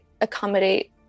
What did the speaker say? accommodate